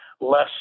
less